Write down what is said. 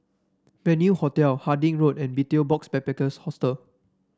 Venue Hotel Harding Road and Betel Box Backpackers Hostel